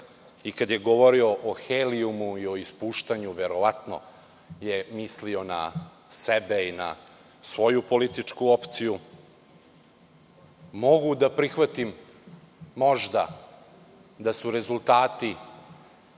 i kada je govorio o helijumu i o ispuštanju, verovatno je mislio na sebe i svoju političku opciju. Mogu da prihvatim možda da su rezultati